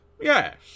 Yes